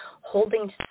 holding